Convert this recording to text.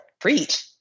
Preach